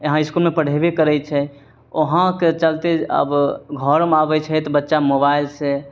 यहाँ इसकुलमे पढ़ेबे करय छै वएहके चलते आब घरमे आबय छै तऽ बच्चा मोबाइलसँ